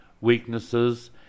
weaknesses